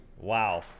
wow